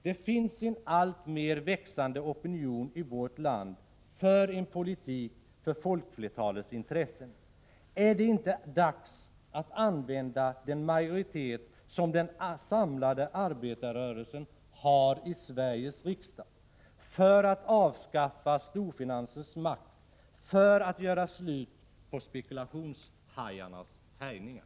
Det finns en alltmer växande opinion i vårt land för en politik för folkflertalets intressen. Är det inte dags att använda den majoritet som den samlade arbetarrörelsen har i Sveriges riksdag för att avskaffa storfinansens makt, för att göra slut på spekulationshajarnas härjningar?